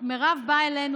מירב באה אלינו,